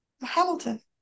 Hamilton